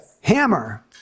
hammer